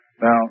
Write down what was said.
Now